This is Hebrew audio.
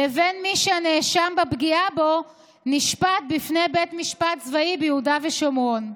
לבין מי שהנאשם בפגיעה בו נשפט בפני בית משפט צבאי ביהודה ושומרון.